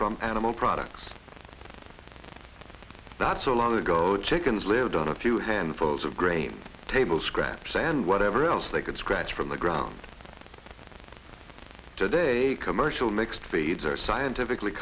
from animal products not so long ago chickens lived on a few handfuls of graves table scraps and whatever else they could scratch from the ground today a commercial mix speeds are scientifically